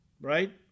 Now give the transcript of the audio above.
right